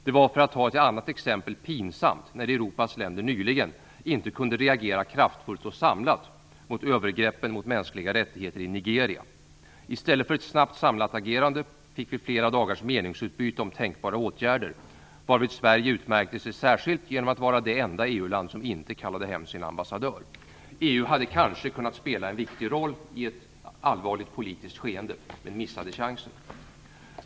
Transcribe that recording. Det var, för att ta ett annat exempel, pinsamt när Europas länder nyligen inte kunde reagera kraftfullt och samlat mot övergreppen mot mänskliga rättigheter i Nigeria. I stället för ett snabbt samlat agerande fick vi flera dagars meningsutbyte om tänkbara åtgärder, varvid Sverige utmärkte sig särskilt genom att vara det enda land som inte kallade hem sin ambassadör. EU hade kanske kunnat spela en viktig roll i ett allvarligt politiskt skeende, men missade chansen.